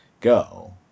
go